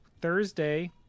Thursday